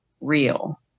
real